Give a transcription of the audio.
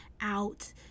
out